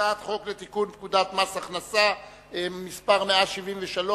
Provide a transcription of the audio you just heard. (תיקון מס' 66),